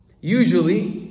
usually